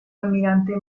almirante